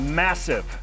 massive